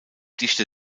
dichte